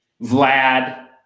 Vlad